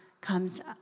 comes